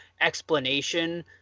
explanation